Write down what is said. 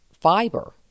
fiber